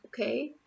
Okay